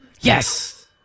Yes